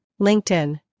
LinkedIn